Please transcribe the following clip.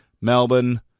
Melbourne